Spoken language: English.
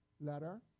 letter